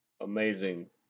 amazing